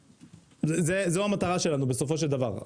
זו המטרה שלנו בסופו של דבר.